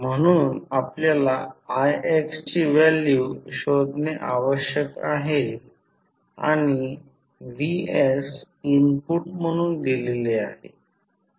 म्हणून आपल्याला ix ची व्हॅल्यू शोधणे आवश्यक आहे आणि vs इनपुट म्हणून दिले आहे